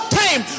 time